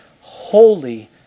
holy